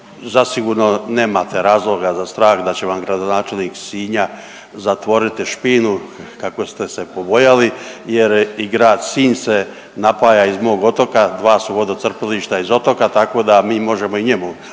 zasigurno nemate razloga za strah da će vam gradonačelnik Sinja zatvoriti špinu kako ste se pobojali jer i grad Sinj se napaja iz mog Otoka, dva su vodocrpilišta iz Otoka tako da mi možemo i njemu,